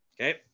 Okay